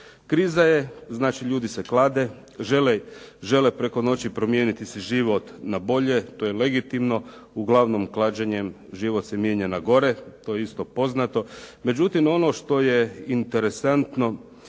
Kriza je, znači ljudi se klade, žele preko noći promijeniti si život na bolje. To je legitimno. Uglavnom, klađenjem život se mijenja na gore. To je isto poznato. Međutim ono što je interesantno,